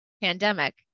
pandemic